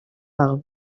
par